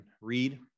read